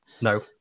No